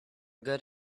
good